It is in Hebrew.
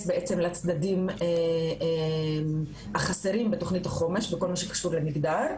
לצדדים החסרים בתוכנית החומש בכל מה שקשור למגדר.